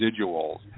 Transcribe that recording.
residuals